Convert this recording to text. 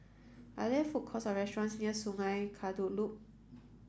are there food courts or restaurants near Sungei Kadut Loop